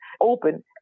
open